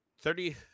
thirty